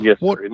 Yes